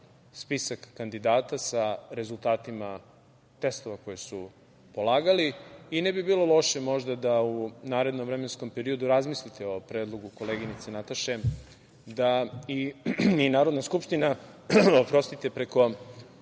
spisak kandidata sa rezultatima testova koje su polagali. Ne bi bilo loše, možda, da u narednom vremenskom periodu razmislite o predlogu koleginice Nataše da i Narodna skupština preko